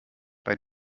bei